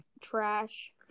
trash